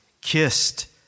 kissed